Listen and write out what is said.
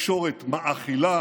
התקשורת מאכילה